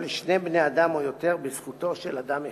או לשני בני-אדם או יותר בזכותו של אדם אחד.